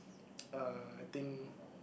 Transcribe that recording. uh I think